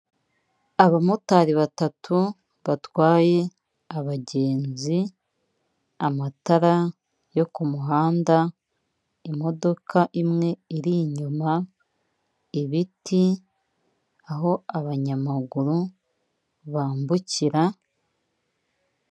Abamotari batatu batwaye abagenzi, amatara yo ku muhanda, imodoka imwe iri inyuma, ibiti, aho abanyamaguru bambukira.